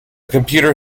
computer